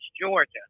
Georgia